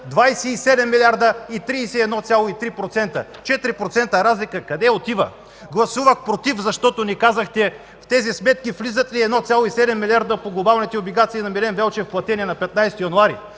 27 милиарда и 31,3% – 4% разлика. Къде отива?! Гласувах „против”, защото не казахте в тези сметки влизат ли 1,7 милиарда по глобалните облигации на Милен Велчев, платени на 15 януари?!